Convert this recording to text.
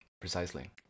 Precisely